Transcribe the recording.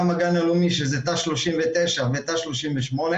גם הגן הלאומי שזה תא 39 ותא 38,